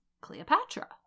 Cleopatra